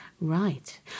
Right